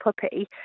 puppy